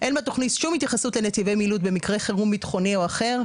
אין בתוכנית שום התייחסות לנתיבי מילוט במקרה חירום ביטחוני או אחר.